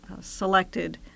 selected